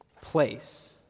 place